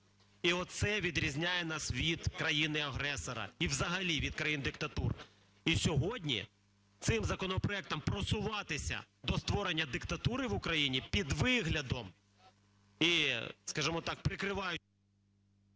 І оце відрізняє нас від країни-агресора. І взагалі від країн диктатур. І сьогодні цим законопроектом просуватися до створення диктатури в Україні під виглядом і, скажімо так, прикриваючись…